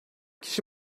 kişi